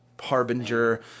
harbinger